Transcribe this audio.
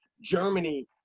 Germany